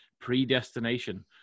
predestination